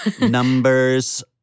Numbers